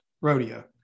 rodeo